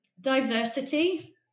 Diversity